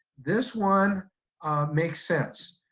this one makes sense.